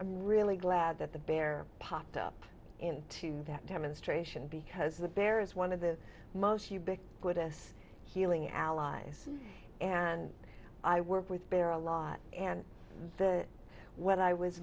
i'm really glad that the bear popped up into that demonstration because the bear is one of the most ubiquitous healing allies and i work with bear a lot and the what i was